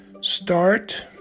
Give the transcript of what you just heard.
Start